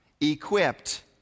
equipped